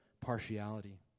partiality